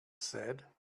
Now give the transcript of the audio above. said